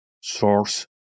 source